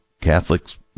Catholics